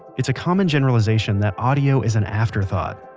it's a common generalization that audio is an afterthought.